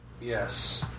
Yes